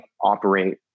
operate